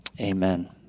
Amen